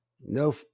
No